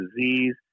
disease